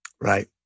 Right